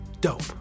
dope